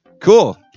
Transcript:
Cool